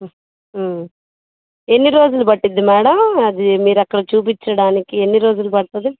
ఎన్ని రోజులు పట్టిద్ది మ్యాడమ్ అది మీరక్కడ చూపించడానికి ఎన్ని రోజులు పడుతుంది